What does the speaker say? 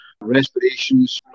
respirations